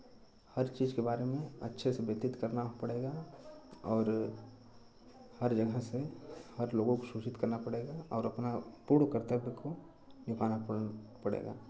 हर चीज़ के बारे में अच्छे से व्यतीत करना पड़ेगा और हर जगह से हर लोगों को सूचित करना पड़ेगा और अपना पूर्ण कर्तव्य को निभाना पड़ पड़ेगा